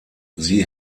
sie